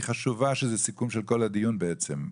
חשובה שזה סיכום של כל הדיון בעצם.